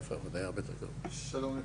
שלום לכולם,